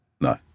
No